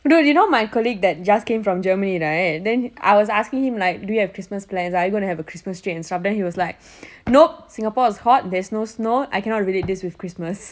dude you know my colleague that just came from germany right then I was asking him like do you have christmas plans are you going to have a christmas tree and stuff then he was like nope singapore is hot there's no snow I cannot relate this with christmas